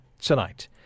tonight